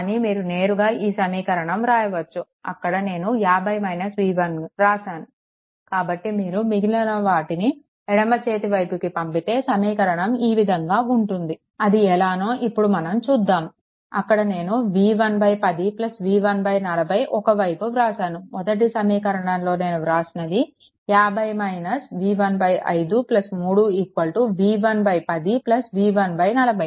కానీ మీరు నేరుగా ఈ సమీకరణం వ్రాయవచ్చు అక్కడ నేను 50 v1 వ్రాసాను కాబట్టి మీరు మిగిలిన వాటిని ఎడమ చేతి వైపుకి పంపితే సమీకరణం ఈ విధంగా ఉంటుంది అది ఎలానో ఇప్పుడు మనం చూద్దాము అక్కడ నేను v110 v140 ఒక వైపు వ్రాసాను మొదటి సమీకరణంలో నేను వ్రాసినది 5 3 v110 v140